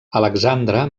alexandre